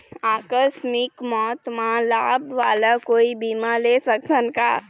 आकस मिक मौत म लाभ वाला कोई बीमा ले सकथन का?